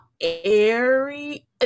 airy